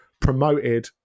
promoted